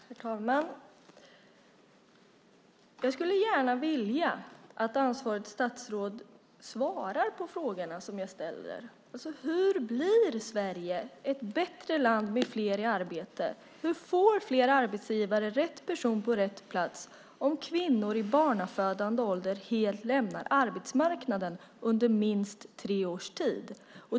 Herr talman! Jag skulle gärna vilja att ansvarigt statsråd svarar på de frågor som jag ställer. Hur blir Sverige ett bättre land med fler i arbete? Hur får fler arbetsgivare rätt person på rätt plats om kvinnor i barnafödande ålder helt lämnar arbetsmarknaden under minst tre års tid?